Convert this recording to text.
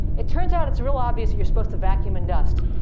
it turns out it's real obvious that you're supposed to vacuum and dust.